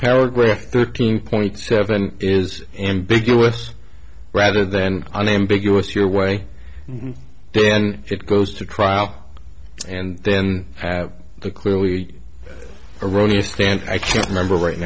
paragraph thirteen point seven is ambiguous rather than unambiguous your way then it goes to trial and then have the clearly erroneous stand i can't remember right